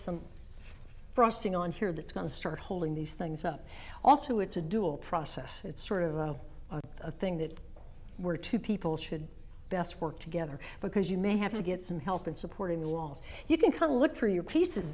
some frosting on here that's going to start holding these things up also it's a dual process it's sort of a thing that we're two people should best work together because you may have to get some help in supporting the walls you can kind of look through your piece